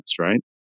right